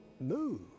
move